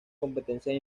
competencias